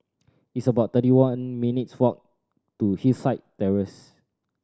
it's about thirty one minutes' walk to Hillside Terrace